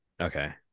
okay